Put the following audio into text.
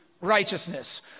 righteousness